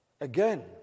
again